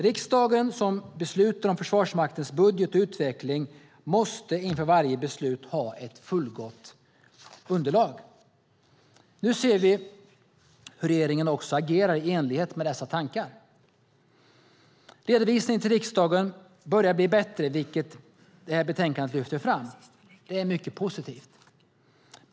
Riksdagen, som beslutar om Försvarsmaktens budget och utveckling, måste inför varje beslut ha ett fullgott underlag. Nu ser vi hur regeringen också agerar i enlighet med dessa tankar. Redovisningen till riksdagen börjar bli bättre, vilket betänkandet lyfter fram. Det är mycket positivt.